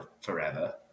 forever